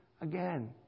again